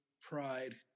pride